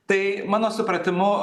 tai mano supratimu